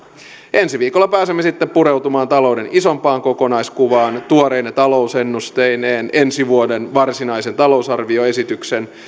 ensi viikolla pääsemme sitten pureutumaan talouden isompaan kokonaiskuvaan tuoreine talousennusteineen ensi vuoden varsinaisen talousarvioesityksen